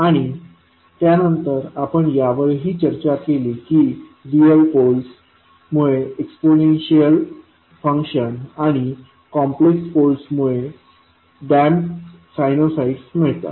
आणि त्यानंतर आपण यावरही चर्चा केली की रियल पोल्स मुळे एक्स्पोनेन्शियल फंक्शन्स आणि कॉम्प्लेक्स पोल्स मुळे डॅम्पड् साइनोसॉइड्स मिळतात